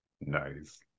nice